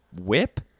whip